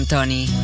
Tony